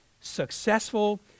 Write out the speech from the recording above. successful